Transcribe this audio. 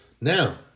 Now